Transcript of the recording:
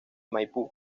maipú